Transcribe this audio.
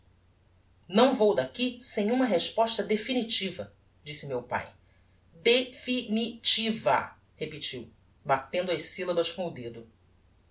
não vou daqui sem uma resposta definitiva disse meu pae de fi ni ti va repetiu batendo as syllabas com o